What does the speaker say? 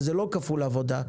וזה לא כפול עבודה,